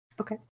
Okay